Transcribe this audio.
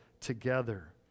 together